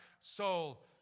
soul